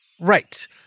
Right